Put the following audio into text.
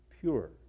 pure